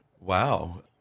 Wow